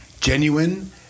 genuine